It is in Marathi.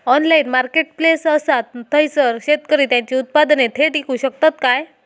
ऑनलाइन मार्केटप्लेस असा थयसर शेतकरी त्यांची उत्पादने थेट इकू शकतत काय?